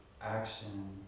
action